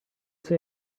say